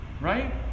right